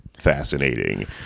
fascinating